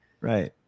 Right